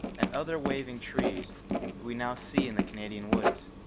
and other waving trees that we now see in the canadian woods.